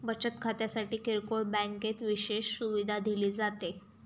बचत खात्यासाठी किरकोळ बँकेत विशेष सुविधा दिली जाते